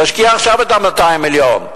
תשקיע עכשיו את ה-200 מיליון.